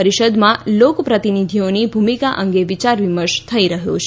પરિષદમાં લોકપ્રતિનિધિઓની ભૂમિકા અંગે વિચાર વિમર્શ થઈ રહ્યો છે